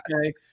okay